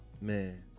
man